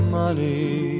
money